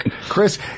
Chris